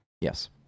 Yes